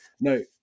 No